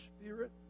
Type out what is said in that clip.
Spirit